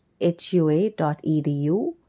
hua.edu